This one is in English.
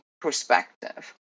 perspective